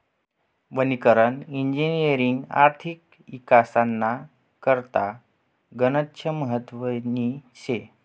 वनीकरण इजिनिअरिंगनी आर्थिक इकासना करता गनच महत्वनी शे